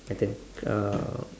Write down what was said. my turn uh